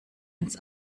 ins